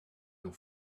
your